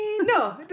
No